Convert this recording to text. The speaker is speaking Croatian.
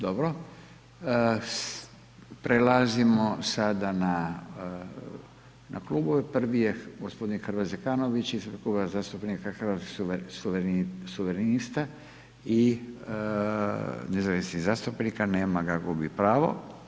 Dobro, prelazimo sada na klubove, prvi je g. Hrvoje Zekanović ispred Klub zastupnika Hrvatskih suverenista i nezavisnih zastupnika, nema ga, gubi pravo.